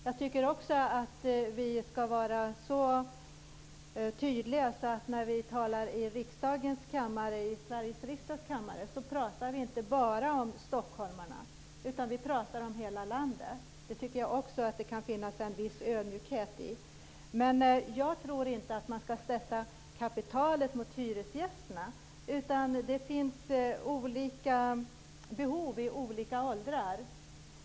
Jag tycker också att vi skall vara så tydliga att vi, när vi talar i Sveriges riksdags kammare, inte bara talar om stockholmarna utan om hela landet. Jag tycker att det kan finnas en viss ödmjukhet i det. Jag tror dock inte att man skall sätta kapitalet mot hyresgästerna. Det finns ju olika behov i olika åldrar.